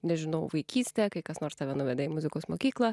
nežinau vaikystėe kai kas nors tave nuveda į muzikos mokyklą